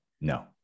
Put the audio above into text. No